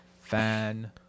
Fan